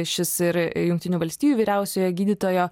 šis ir jungtinių valstijų vyriausiojo gydytojo